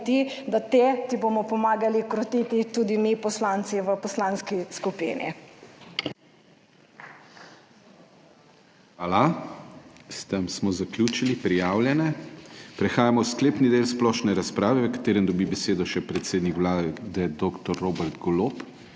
da te ti bomo pomagali krotiti tudi mi poslanci v poslanski skupini. PODPREDSEDNIK DANIJEL KRIVEC: Hvala. S tem smo zaključili prijavljene. Prehajamo v sklepni del splošne razprave v katerem dobi besedo še predsednik Vlade, dr. Robert Golob,